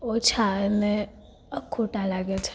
ઓછા અને ખોટા લાગે છે